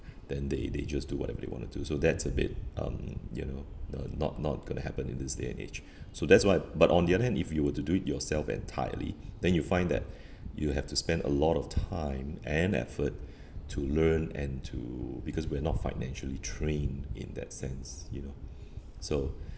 then they they just do whatever they wanna do so that's a bit um you know n~ not not gonna happen in this day and age so that's what but on the other hand if you were to do it yourself entirely then you find that you have to spend a lot of time and effort to learn and to because we're not financially trained in that sense you know so